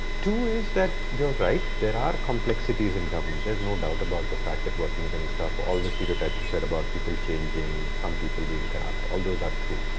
two is that, you're right, there are complexities in government. there's no doubt about the fact that working in the midst of all the stereotypes you said about people changing, some people being corrupt. all those are true.